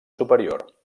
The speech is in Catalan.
superior